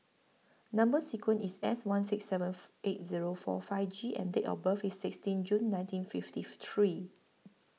Number sequence IS S one six seven eight Zero four five G and Date of birth IS sixteen June nineteen fifty three